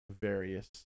various